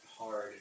hard